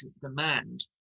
demand